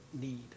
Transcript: need